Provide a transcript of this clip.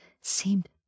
seemed